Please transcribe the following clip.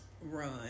run